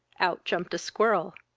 out jumped a squirrel.